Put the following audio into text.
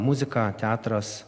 muzika teatras